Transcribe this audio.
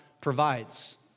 provides